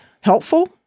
helpful